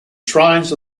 shrines